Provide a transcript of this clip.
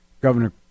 Governor